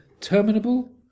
terminable